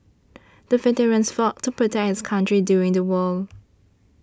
the veterans fought to protect his country during the war